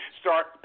start